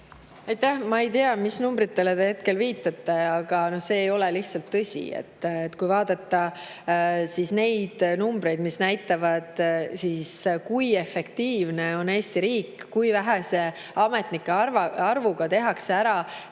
Ma ei tea, mis numbritele te viitasite, aga see ei ole lihtsalt tõsi. Kui vaadata neid numbreid, mis näitavad, kui efektiivne on Eesti riik ja kui vähese ametnike arvuga tehakse ära